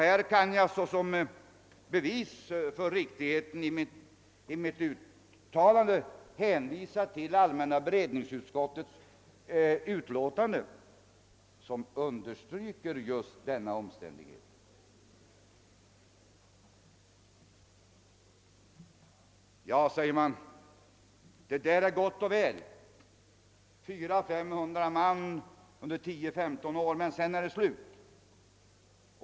Här kan jag såsom bevis för riktigheten i mitt uttalande hänvisa till allmänna beredningsutskottets utlåtande, som understryker just denna omständighet. Ja, säger man, det där är gott och väl: 400 å 500 man under tio till femton år, men sedan är det slut.